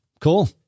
Cool